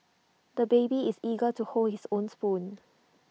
the baby is eager to hold his own spoon